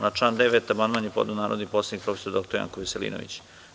Na član 9. amandman je podneo narodni poslanik prof. dr Janko Veselinović.